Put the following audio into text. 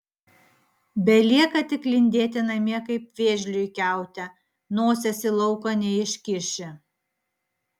belieka tik lindėti namie kaip vėžliui kiaute nosies į lauką neiškiši